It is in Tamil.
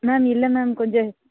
மேம் இல்லை மேம் கொஞ்சம்